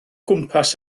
gwmpas